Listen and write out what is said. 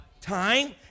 Time